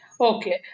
Okay